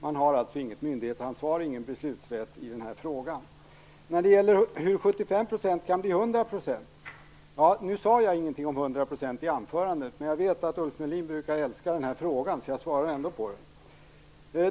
Han har alltså inget myndighetsansvar, ingen beslutsrätt i den här frågan. En fråga gällde hur 75 % kan bli 100 %. Nu sade jag ingenting om 100 % i anförandet, men jag vet att Ulf Melin brukar älska den här frågan så jag svarar ändå på den.